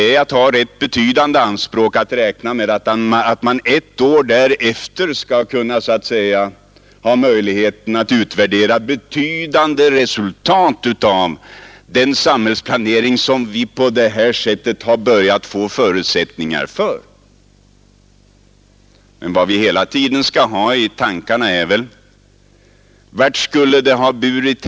Man har rätt stora anspråk, om man räknar med att det ett år därefter skall vara möjligt att utvärdera betydande resultat av den samhällsplanering som vi på det här sättet har börjat få förutsättningar för. Vart skulle det på sikt ha burit hän om den här kommunindelningsreformen inte genomförts?